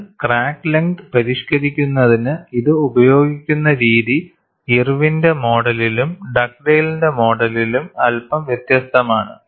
എന്നാൽ crack length പരിഷ്കരിക്കുന്നതിന് ഇത് ഉപയോഗിക്കുന്ന രീതി ഇർവിന്റെ മോഡലിലും Irwin's model ഡഗ്ഡെയ്ലിന്റെ മോഡലിലും Dugdale's model അല്പം വ്യത്യസ്തമാണ്